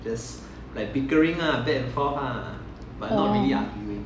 orh